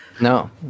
No